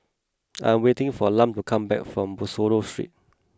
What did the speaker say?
I am waiting for Lum to come back from Bussorah Street